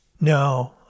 No